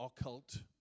occult